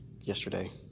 yesterday